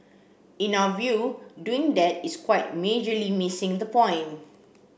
in our view doing that is quite majorly missing the point